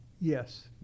Yes